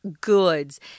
goods